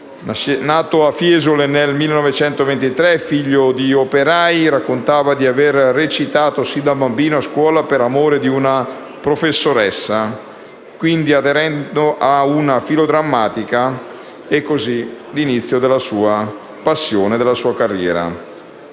Nato a Fiesole nel 1923, figlio di operai, raccontava di avere recitato fin da bambino a scuola per amore di una professoressa; quindi, con l'adesione a una filodrammatica, si ebbe l'inizio della sua passione, della sua carriera;